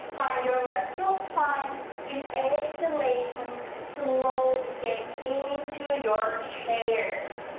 find your neutral spine with exhalation, slowly get into your chair,